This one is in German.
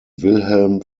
wilhelm